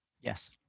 Yes